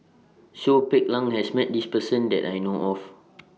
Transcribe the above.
Charles Paglar has Met This Person that I know of